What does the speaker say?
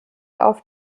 auf